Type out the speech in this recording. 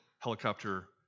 Helicopter